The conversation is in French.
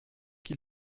qui